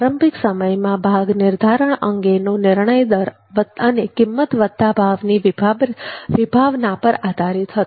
પ્રારંભિક સમયમાં ભાગ નિર્ધારણ અંગેનો નિર્ણય દર અને કિંમત વત્તા ભાવની વિભાવના પર આધારિત હતો